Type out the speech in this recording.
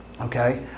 Okay